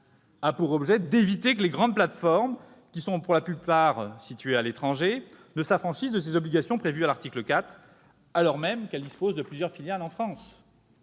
a pour objet d'éviter que les grandes plateformes, qui sont pour la plupart situées à l'étranger, ne s'affranchissent des obligations prévues à l'article 4, alors même qu'elles disposent de plusieurs filiales en France.